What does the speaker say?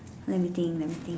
let me think let me think